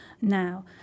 now